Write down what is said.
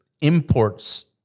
imports